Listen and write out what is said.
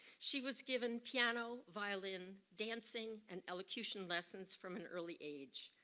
she was given piano, violin, dancing, and elocution lessons from an early age.